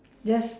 just